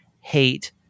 hate